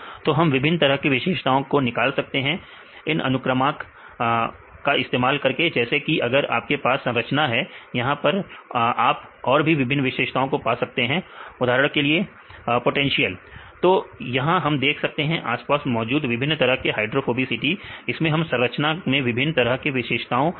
तो हम विभिन्न तरह के विशेषताओं को निकाल सकते हैं इन अनुक्रमांक का इस्तेमाल करके जैसे कि अगर आपके पास संरचना है यहां पर आप और भी विभिन्न विशेषताओं को पा सकते हैं उदाहरण के लिए विद्यार्थी विलायक का पहुंच विद्यार्थी कांटेक्ट पोटेंशियल पोटेंशियल सही है तो यहां हम देख सकते हैं आसपास मौजूद विभिन्न तरह के हाइड्रोफोबिसिटी इससे हम संरचना में विभिन्न तरह के विशेषताएं पता कर सकते हैं